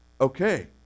okay